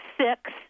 six